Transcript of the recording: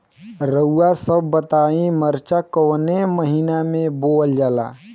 रउआ सभ बताई मरचा कवने महीना में बोवल जाला?